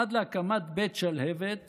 עד להקמת בית שלהב"ת